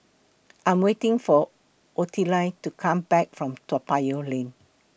I'm waiting For Ottilie to Come Back from Toa Payoh Lane